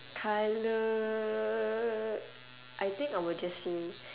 colour I think I will just say